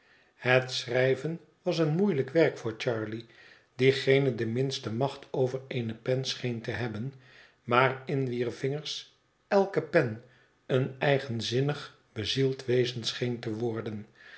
het schrijven was een moeielijk werk voor charley die geene de minste macht over eene pen scheen te hebben maar in wier vingers elke pen een eigenzinnig bezield wezen scheen te worden